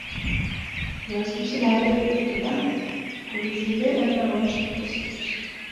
jos nusileido į virtuvę kur žiuli ėmė ruošti pusryčius